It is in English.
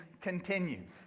continues